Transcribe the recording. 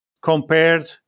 compared